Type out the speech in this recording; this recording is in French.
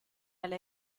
elle